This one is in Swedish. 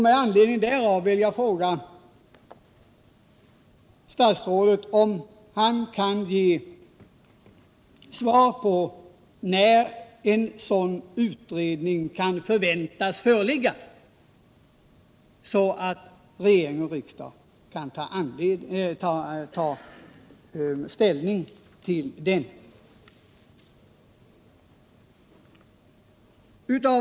Med anledning därav vill jag fråga statsrådet, om han kan ge svar på frågan när resultat från en sådan utredning kan förväntas föreligga, så att regering och riksdag kan ta ställning till detta.